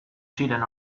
ziren